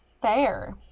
fair